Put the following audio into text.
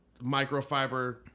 microfiber